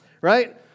right